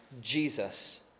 Jesus